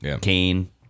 Kane